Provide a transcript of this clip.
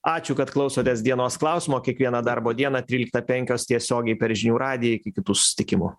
ačiū kad klausotės dienos klausimo kiekvieną darbo dieną tryliktą penkios tiesiogiai per žinių radiją iki kitų susitikimų